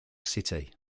city